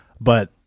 but-